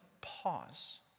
pause